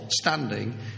standing